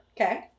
okay